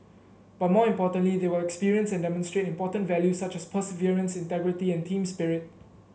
but more importantly they will experience and demonstrate important values such as perseverance integrity and team spirit